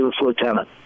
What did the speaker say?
lieutenant